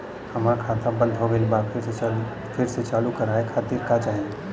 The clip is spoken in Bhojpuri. हमार खाता बंद हो गइल बा फिर से चालू करा खातिर का चाही?